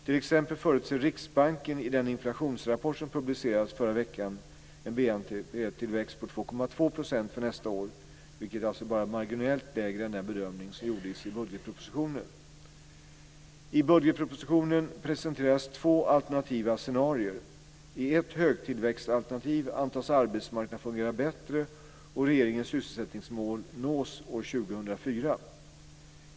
T.ex. förutser Riksbanken i den inflationsrapport som publicerades förra veckan en BNP-tillväxt på 2,2 % för nästa år, vilket alltså bara är marginellt lägre än den bedömning som gjordes i budgetpropositionen. I budgetpropositionen presenterades två alternativa scenarier. I ett högtillväxtalternativ antas arbetsmarknaden fungera bättre och regeringens sysselsättningsmål nås år 2004.